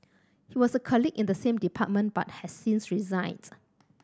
he was a colleague in the same department but has since resigns